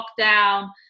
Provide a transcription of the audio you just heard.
lockdown